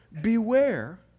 beware